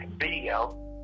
video